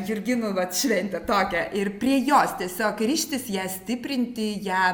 jurginų vat šventę tokią ir prie jos tiesiog rištis ją stiprinti ją